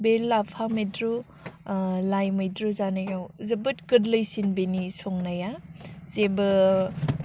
बे लाफा मैद्रु लाइ मैद्रु जानायाव जोबोद गोरलैसिन बिनि संनाया जेबो